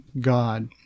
God